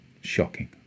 Shocking